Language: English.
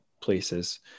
places